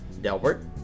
Delbert